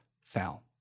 fell